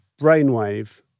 brainwave